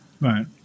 Right